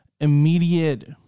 immediate